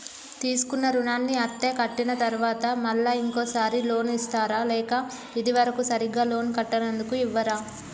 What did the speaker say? తీసుకున్న రుణాన్ని అత్తే కట్టిన తరువాత మళ్ళా ఇంకో సారి లోన్ ఇస్తారా లేక ఇది వరకు సరిగ్గా లోన్ కట్టనందుకు ఇవ్వరా?